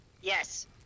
Yes